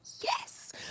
Yes